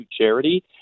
charity